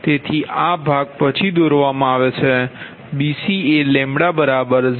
તેથી આ ભાગ પછી દોરવામાં આવે છે BC એ 0